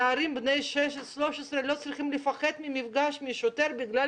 נערים בני 13 לא צריכים לפחד ממפגש עם שוטר בגלל